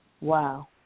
Wow